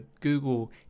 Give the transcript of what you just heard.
google